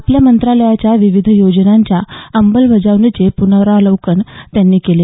आपल्या मंत्रालयाच्या विविध योजनांच्या अंमलबजावणीचे पुनरावलोकन त्यांनी केले